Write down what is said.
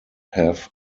have